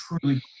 truly